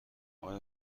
آقای